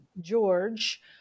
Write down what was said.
George